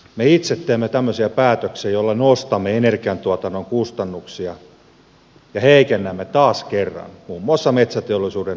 me itse teemme tämmöisiä päätöksiä joilla nostamme energiantuotannon kustannuksia ja heikennämme taas kerran muun muassa metsäteollisuuden toimintaedellytyksiä